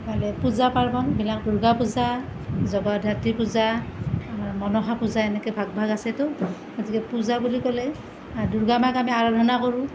পূজা পাৰ্বনবিলাক দুৰ্গা পূজা জগদ্ধাত্ৰী পূজা মনসা পূজা এনেকৈ ভাগ ভাগ আছেতো গতিকে পূজা বুলি ক'লে দুৰ্গা মাক আমি আৰাধনা কৰোঁ